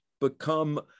become